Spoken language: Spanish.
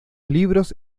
libros